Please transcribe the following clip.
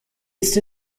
ist